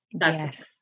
Yes